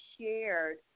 shared